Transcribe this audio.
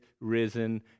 risen